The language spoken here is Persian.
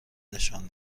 نشان